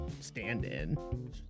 stand-in